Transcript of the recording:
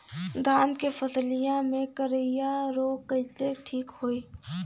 धान क फसलिया मे करईया रोग कईसे ठीक होई?